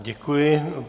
Děkuji.